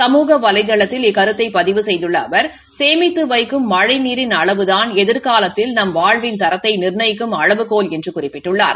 சமூக வலைதளத்தில் இக்கருத்தை பதிவு செய்துள்ள அவர் சேமித்து வைக்கும் மழழநீரின் அளவுதான் எதிர்காலத்தில் நம் வாழ்வின் தரத்தை நிர்ணயிக்கும் அளவுகோல் என்று குறிப்பிட்டுள்ளார்